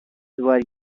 were